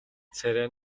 царай